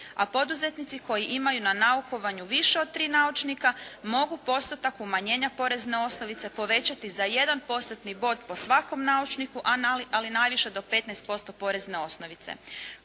a poduzetnici koji imaju na naukovanju više od 3 naučnika mogu postotak umanjenja porezne osnovice povećati za 1 postotni bod po svakom naučniku, ali najviše do 15% porezne osnovice.